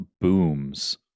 booms